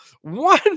one